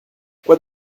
quoi